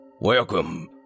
Welcome